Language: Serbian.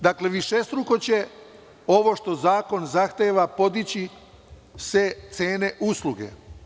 Dakle, višestruko će, ovo što zakon zahteva, podići cene usluga.